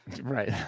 Right